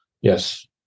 Yes